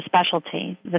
specialty